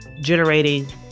generating